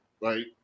right